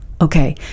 okay